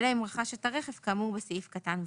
אלא אם רכז אתה רכב כאמור בסעיף קטן (ו).